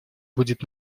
будет